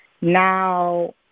Now